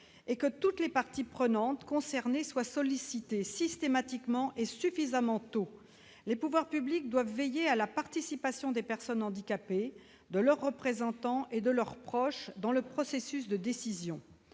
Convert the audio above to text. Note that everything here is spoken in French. et que toutes les parties prenantes concernées soient sollicitées systématiquement et suffisamment tôt. En effet, les pouvoirs publics doivent veiller à la participation des personnes handicapées, ainsi que des représentants et des proches de celles-ci, au processus de décision.